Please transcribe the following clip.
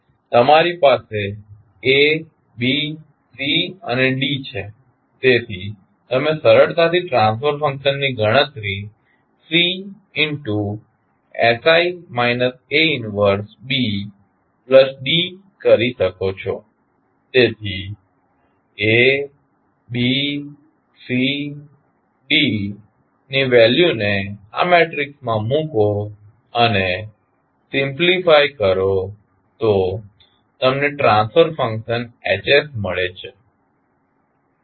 હવે તમારી પાસે A B C અને D છે તેથી તમે સરળતાથી ટ્રાન્સફર ફંક્શન ની ગણતરી CsI A 1BD કરી શકો છો તેથી A B C D ની વેલ્યુને આ મેટ્રિક્સમાં મૂકો અને સિમ્લીફાય કરો તો તમને ટ્રાન્સફર ફંક્શન Hs મળે છે